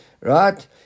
Right